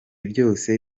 byose